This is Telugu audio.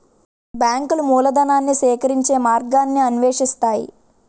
బ్యాంకులు మూలధనాన్ని సేకరించే మార్గాన్ని అన్వేషిస్తాయి